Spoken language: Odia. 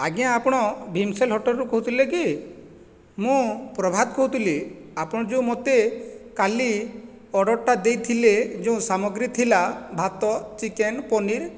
ଆଜ୍ଞା ଆପଣ ଭୀମସେନ ହୋଟେଲରୁ କହୁଥିଲେ କି ମୁଁ ପ୍ରଭାତ କହୁଥିଲି ଆପଣ ଯେଉଁ ମୋତେ କାଲି ଅର୍ଡ଼ରଟା ଦେଇଥିଲେ ଯେଉଁ ସାମଗ୍ରୀ ଥିଲା ଭାତ ଚିକେନ ପନିର